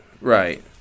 right